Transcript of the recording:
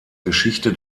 geschichte